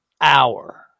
hour